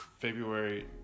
February